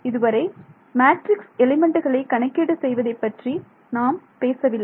இதுவரை மேட்ரிக்ஸ் எலிமெண்ட்டுகளை கணக்கீடு செய்வதை பற்றி நாம் பேசவில்லை